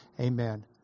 amen